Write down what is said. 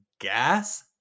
gas